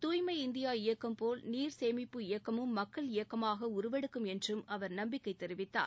தூய்மை இந்தியா இயக்கம் போல் நீர் சேமிப்பு இயக்கமும் மக்கள் இயக்கமாக உருவெடுக்கும் என்றும் அவர் நம்பிக்கைத் தெரிவித்தார்